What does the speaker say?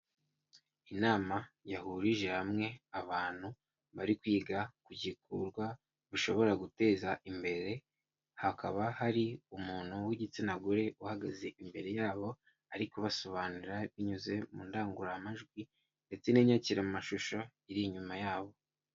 Inama yahurije hamwe abantu bari kwiga kugikorwa bishobora guteza imbere, hakaba hari umuntu w'igitsina gore uhagaze imbere yabo , ari kubasobanurira binyuze mu ndangururamajwi ndetse n'inyakiramashusho iri inyuma yabo.